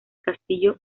castillo